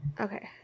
Okay